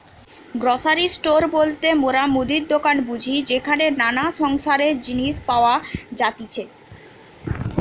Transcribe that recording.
grocery store বলতে মোরা মুদির দোকান বুঝি যেখানে নানা সংসারের জিনিস পাওয়া যাতিছে